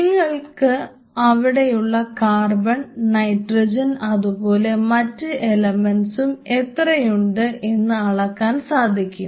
നിങ്ങൾക്ക് അവിടെയുള്ള carbon nitrogen അതുപോലെ മറ്റ് എലമെൻസും എത്രയുണ്ട് എന്ന് അളക്കാൻ സാധിക്കും